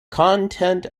content